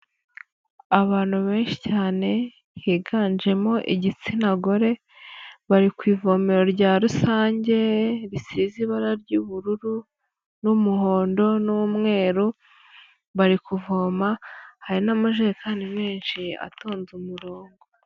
Abantu benshi cyane higanjemo igitsina gore, bari ku ivomero rya rusange risize ibara ry'ubururu n'umuhondo n'umweru, bari kuvoma, hari n'amajerekani menshi atonze umurongo.